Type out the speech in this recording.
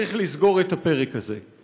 צריך לסגור את הפרק הזה.